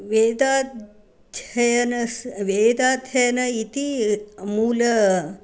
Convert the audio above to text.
वेदाध्ययनस्य वेदाध्ययनम् इति मूलम्